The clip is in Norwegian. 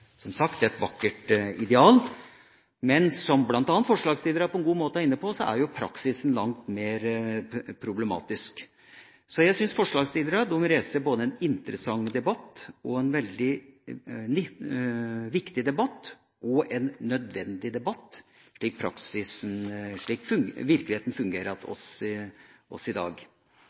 Det er som sagt et vakkert ideal, men som bl.a. forslagsstillerne på en god måte er inne på, er praksisen langt mer problematisk. Jeg syns forslagsstillerne reiser en interessant debatt, en veldig viktig debatt og en nødvendig debatt slik virkeligheten fungerer hos oss i dag,